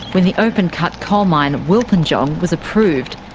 when the open cut coalmine wilpinjong was approved,